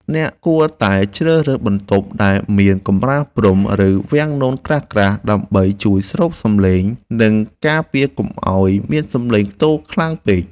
អ្នកគួរតែជ្រើសរើសបន្ទប់ដែលមានកម្រាលព្រំ ឬមានវាំងននក្រាស់ៗដើម្បីជួយស្រូបសំឡេង និងការពារកុំឱ្យមានសំឡេងខ្ទរខ្លាំងពេក។